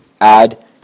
add